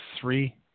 three